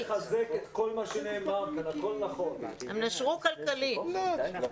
אני מחזק את כל מה שנאמר כאן, הכול נכון, אבל לא